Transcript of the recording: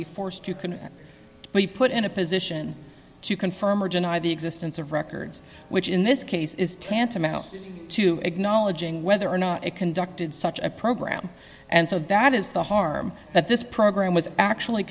be forced you couldn't we put in a position to confirm or deny the existence of records which in this case is tantamount to acknowledging whether or not it conducted such a program and so that is the harm at this program was actually